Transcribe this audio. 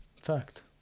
Fact